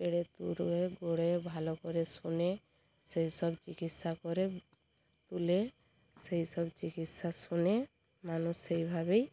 ভালো করে শুনে সেই সব চিকিৎসা করে তুলে সেই সব চিকিৎসা শুনে মানুষ সেইভাবেই